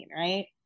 Right